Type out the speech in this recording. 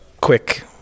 quick